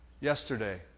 Yesterday